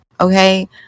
okay